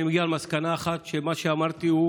אני מגיע למסקנה אחת: מה שאמרתי הוא